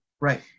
Right